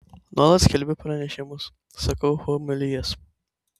nuolat skelbiu pranešimus sakau homilijas